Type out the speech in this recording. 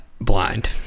blind